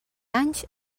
anys